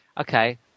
Okay